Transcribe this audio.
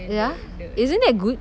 ya isn't that good